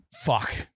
Fuck